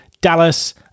Dallas